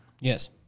Yes